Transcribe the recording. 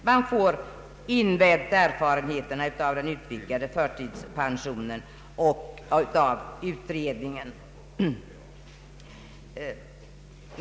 Man får invänta erfarenheterna av den utvidgade förtidspensionen och av utredningen.